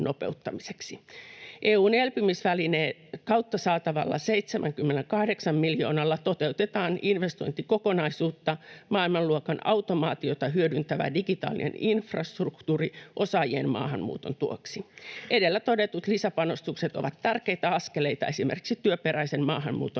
EU:n elpymisvälineen kautta saatavalla 78 miljoonalla toteutetaan investointikokonaisuutta Maailmanluokan automaatiota hyödyntävä digitaalinen infrastruktuuri osaajien maahanmuuton tueksi. Edellä todetut lisäpanostukset ovat tärkeitä askeleita esimerkiksi työperäisen maahanmuuton